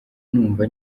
numva